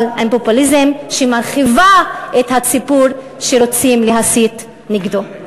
אבל עם פופוליזם שמרחיב את הציבור שרוצים להסית נגדו.